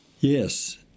Yes